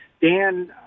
Dan